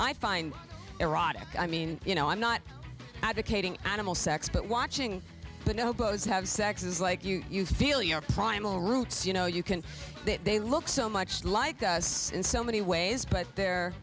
i find erotic i mean you know i'm not advocating animal sex but watching but no bows have sex is like you you feel your primal roots you know you can that they look so much like us in so many ways but they're